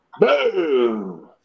Boom